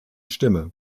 stimme